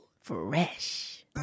fresh